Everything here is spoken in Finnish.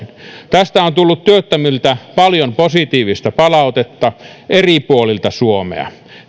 tästä on tullut työttömiltä paljon positiivista palautetta eri puolilta suomea